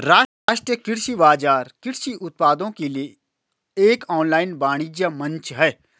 राष्ट्रीय कृषि बाजार कृषि उत्पादों के लिए एक ऑनलाइन वाणिज्य मंच है